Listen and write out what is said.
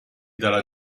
dalla